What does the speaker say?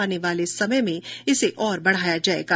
आने वाले समय में इसे और बढ़ाया जायेगा